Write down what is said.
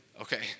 okay